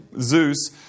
Zeus